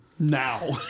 Now